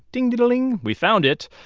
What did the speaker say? ding-di-da-ling, we found it.